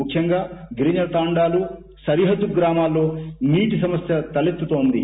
ముఖ్యంగా గిరిజన తండాలు సరిహద్దు గ్రామాల్లో నీటి సమస్య తలెత్తుతోంది